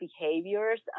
behaviors